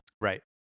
Right